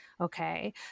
Okay